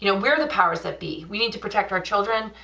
you know we're the powers that be, we need to protect our children,